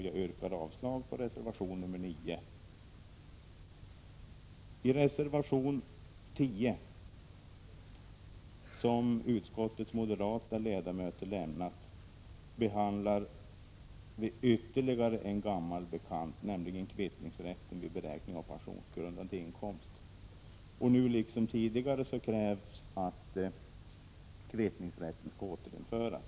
Jag yrkar avslag på reservation 9. a 65 I reservation nr 10 av utskottets moderata ledamöter behandlas ytterligare en gammal bekant, nämligen kvittningsrätten vid beräkning av pensionsgrundande inkomst. Nu liksom tidigare kräver reservanterna att kvittningsrätten skall återinföras.